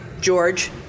George